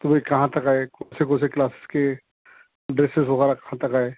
تو وہی کہاں تک آئے کون سے کون سے کلاسز کے ڈریسز وغیرہ کہاں تک آئے